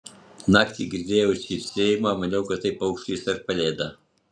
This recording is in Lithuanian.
naktį girdėjau cypsėjimą maniau kad tai paukštis ar pelėda